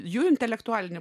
jų intelektualinį